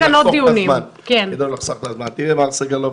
מר סגלוביץ',